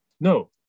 No